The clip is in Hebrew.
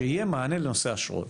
שיהיה מענה לנושא האשרות.